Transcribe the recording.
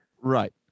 Right